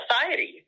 society